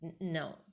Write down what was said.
no